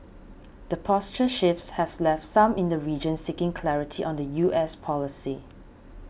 the posture shifts have left some in the region seeking clarity on the U S policy